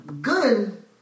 good